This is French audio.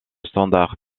standard